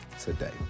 today